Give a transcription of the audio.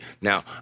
Now